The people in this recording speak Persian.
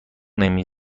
نمی